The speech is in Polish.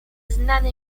znany